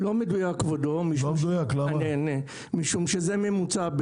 לא מדויק כבודו, משום שזה ממוצע.